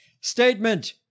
Statement